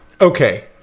Okay